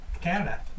Canada